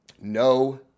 no